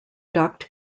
duct